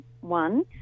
one